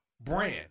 brand